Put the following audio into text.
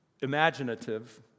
imaginative